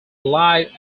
live